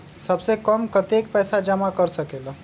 सबसे कम कतेक पैसा जमा कर सकेल?